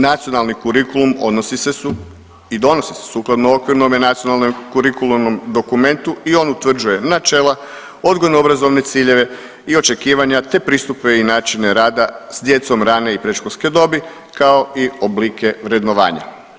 Nacionalni kurikulum odnosi se .../nerazumljivo/... i donosi se sukladno okvirnom nacionalnom kurikularnom dokumentu i on utvrđuje načela odgojno-obrazovne ciljeve i očekivanja te pristupe i načine rada s djecom rane i predškolske dobi, kao i oblike vrednovanja.